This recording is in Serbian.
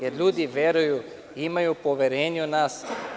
Jer, ljudi veruju, imaju poverenja u nas.